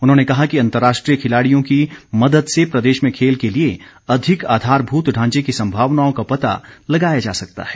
उन्होंने कहा कि अंतर्राष्ट्रीय खिलाड़ियों की मदद से प्रदेश में खेल के लिए अधिक आधारभूत ढांचे की संभावनाओं का पता लगाया जा सकता है